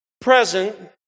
present